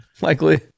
likely